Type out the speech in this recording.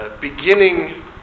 Beginning